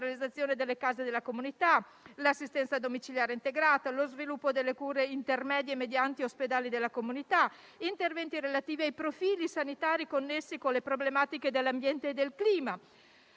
delle case della comunità, l'assistenza domiciliare integrata, lo sviluppo delle cure intermedie mediante ospedali della comunità, interventi relativi ai profili sanitari connessi con le problematiche dell'ambiente e del clima,